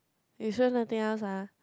you sure nothing else ah